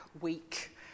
Week